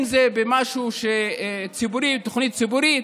אם זה תוכנית ציבורית,